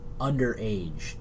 underage